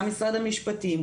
גם משרד המשפטים,